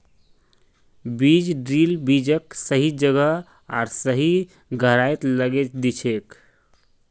बीज ड्रिल बीजक सही जगह आर सही गहराईत लगैं दिछेक